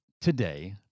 today